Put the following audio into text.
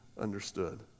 understood